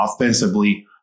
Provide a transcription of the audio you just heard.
offensively